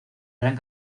gran